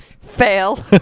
Fail